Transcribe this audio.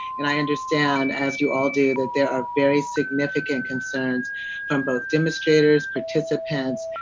and i understand, as you all do, that there are very significant concerns from both demonstrators, participants,